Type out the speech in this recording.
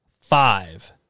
five